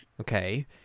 Okay